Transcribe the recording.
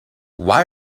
why